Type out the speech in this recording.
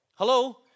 Hello